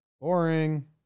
Boring